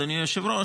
אדוני היושב-ראש,